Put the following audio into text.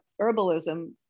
herbalism